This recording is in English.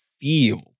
feel